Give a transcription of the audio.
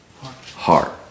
heart